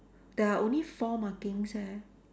there are only four markings leh